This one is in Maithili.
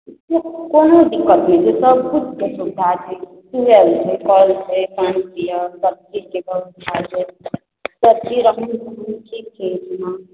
कोनो दिक्कत नहि छै सबकिछुके सुविधा छै ट्यूबवेल छै कल छै पानि सबचीज ठीक छै